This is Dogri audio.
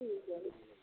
ठीक ऐ फ्ही